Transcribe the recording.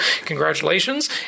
congratulations